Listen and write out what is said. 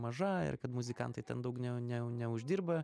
maža ir kad muzikantai ten daug ne ne neuždirba